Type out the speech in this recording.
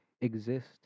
exist